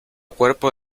cuerpo